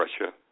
Russia